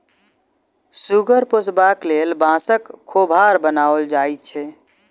सुगर पोसबाक लेल बाँसक खोभार बनाओल जाइत छै